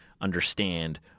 understand